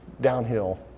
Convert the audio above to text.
downhill